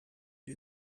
you